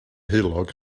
heulog